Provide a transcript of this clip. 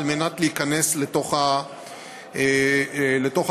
להיכנס לתוך התוכנית.